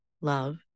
love